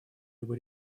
либо